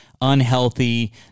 unhealthy